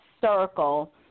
circle